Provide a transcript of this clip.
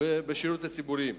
בשירותים הציבוריים.